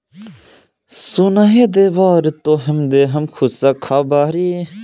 Zero balance खाता में लेन देन के कवनो सीमा होखे ला का?